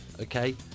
okay